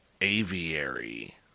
aviary